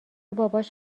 باباش